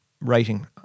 writing